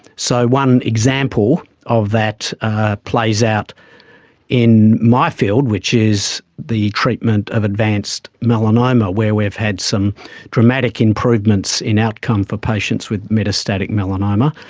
so one example of that plays out in my field, which is the treatment of advanced melanoma where we've had some dramatic improvements in outcome for patients with metastatic melanoma,